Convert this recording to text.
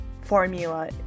formula